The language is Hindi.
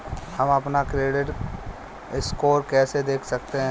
हम अपना क्रेडिट स्कोर कैसे देख सकते हैं?